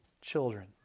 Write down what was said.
children